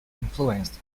influenced